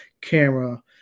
camera